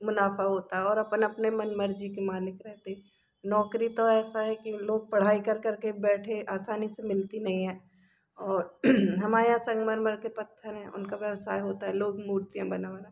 मुनाफा होता है और अपन मनमर्जी के मालिक रहते नौकरी तो ऐसा है कि लोग पढ़ाई कर करके बैठे आसानी से मिलती नहीं है और हमारे यहाँ संगमरमर के पत्थर हैं उनका व्यवसाय होता है लोग मूर्तियां बनाकर